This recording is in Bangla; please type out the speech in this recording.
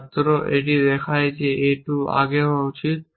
ছাত্র এটি দেখায় যে A 2 এর আগে হওয়া উচিত